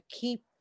keep